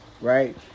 right